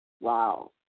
Wow